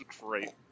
Great